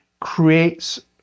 creates